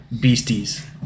beasties